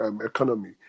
economy